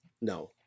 No